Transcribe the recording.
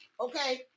Okay